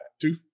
Two